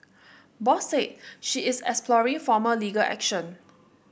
Bose said she is exploring formal legal action